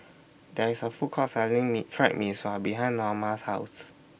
There IS A Food Court Selling Mee Fried Mee Sua behind Naoma's House